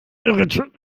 irritiert